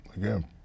again